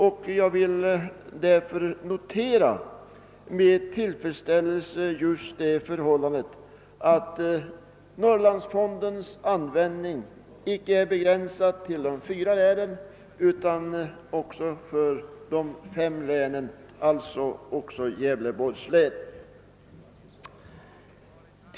Jag vill därför med tillfredsställelse notera det förhållandet, att Norrlandsfondens användning utvidgats från 4 till att omfatta 5 län, alltså också Gävleborgs län.